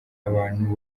abantu